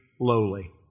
lowly